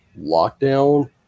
lockdown